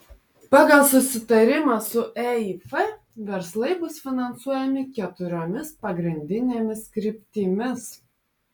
pagal susitarimą su eif verslai bus finansuojami keturiomis pagrindinėmis kryptimis